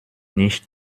nicht